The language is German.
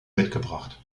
mitgebracht